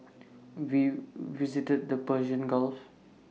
we visited the Persian gulf